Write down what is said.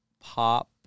pop